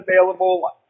available